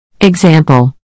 Example